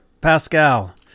Pascal